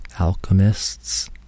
alchemists